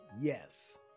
yes